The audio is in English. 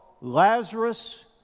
Lazarus